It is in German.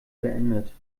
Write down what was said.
beendet